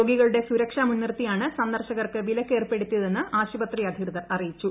രോഗികളുടെ സുരക്ഷ മുൻനിർത്തിയാണ് സന്ദർശകർക്ക് വിലക്ക് ഏർപ്പെടുത്തിയതെന്ന് ആശുപത്രി അധികൃതർ അറിയിച്ചു